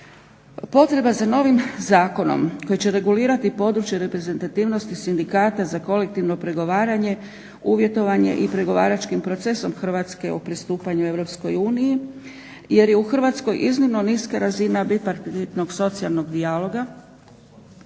Potreba za novim zakonom koji će regulirati područje reprezentativnosti sindikata za kolektivno pregovaranje, uvjetovanje i pregovaračkim procesom Hrvatske o pristupanju EU jer je u Hrvatskoj iznimno niska razina bipartitnog socijalnog dijaloga,